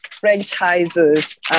franchises